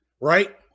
right